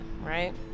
right